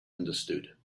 understood